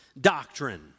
doctrine